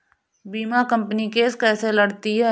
बीमा company case कैसे लड़ती है?